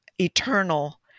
eternal